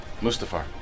Mustafar